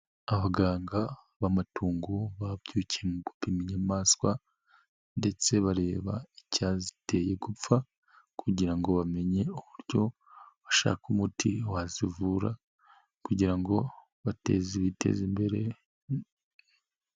Abaganga b'amatungo babyukiye mu gupima inyamaswa ndetse bareba icyaziteye gupfa kugira ngo bamenye uburyo bashaka umuti wazivura kugira ngo biteze imbere.